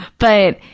but,